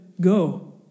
Go